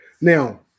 Now